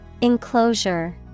Enclosure